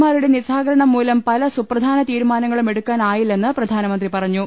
മാരുടെ നിസ്സഹകരണം മൂലം പലസുപ്രധാന തീരുമാനങ്ങളും എടുക്കാൻ ആയില്ലെന്ന് പ്രധാന മന്ത്രി പറഞ്ഞു